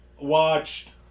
watched